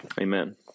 Amen